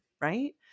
right